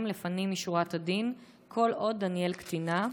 לפנים משורת הדין כל עוד דניאל קטינה?